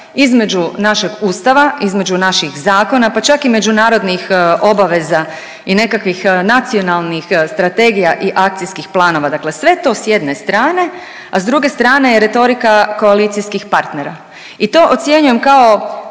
između našeg Ustava, između naših zakona pa čak i međunarodnih obaveza i nekakvih nacionalnih strategija i akcijskih planova, dakle sve to s jedne strane, a s druge strane je retorika koalicijskih partnera i to ocjenjujem kao